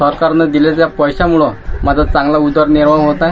सरकारनं दिलेल्या पैशामुळे माझं चांगल उदरनिर्वाह होत आहे